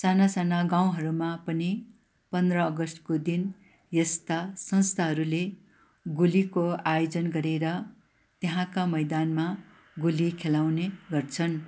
साना साना गाउँहरूमा पनि पन्ध्र अगस्टको दिन यस्ता संस्थाहरूले गोलीको आयोजन गरेर त्यहाँका मैदानमा गोली खेलाउने गर्छन्